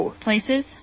places